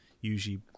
usually